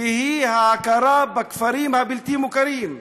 והיא ההכרה בכפרים הבלתי-מוכרים.